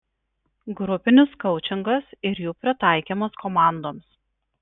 grupinis koučingas ir jų pritaikymas komandoms